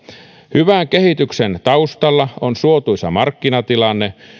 hyvän kehityksen taustalla on suotuisa markkinatilanne